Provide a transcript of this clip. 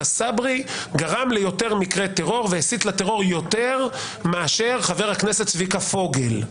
סברי גרם ליותר מקרי טרור והסית לטרור יותר מאשר חבר הכנסת צביקה פוגל.